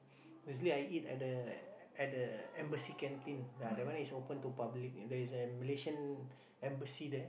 usually I eat at the at the embassy canteen ya that one is open to public there is a Malaysian embassy there